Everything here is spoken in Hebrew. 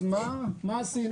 אז מה עשינו?